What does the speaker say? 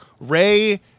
Ray